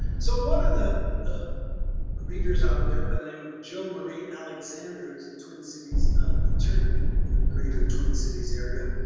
so one of the the readers out there by the name of jo marie alexander, a twin cities attorney from the greater twin cities area,